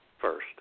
first